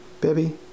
Baby